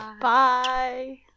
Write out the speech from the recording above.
Bye